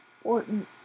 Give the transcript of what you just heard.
Important